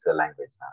language